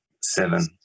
seven